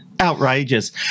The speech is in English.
Outrageous